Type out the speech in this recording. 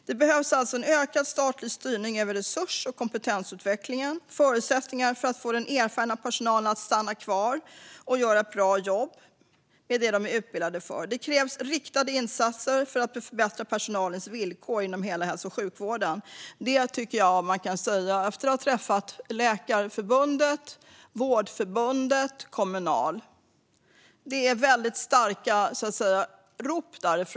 Det behövs alltså en ökad statlig styrning över resurs och kompetensutvecklingen. Det behövs också förutsättningar för att få personalen att stanna kvar, göra ett bra jobb och göra det de är utbildade för. Det krävs riktade insatser för att förbättra personalens villkor inom hela hälso och sjukvården. Det tycker jag att man kan säga efter att ha träffat representanter för Läkarförbundet, Vårdförbundet och Kommunal. Det hörs starka rop om att någonting måste göras.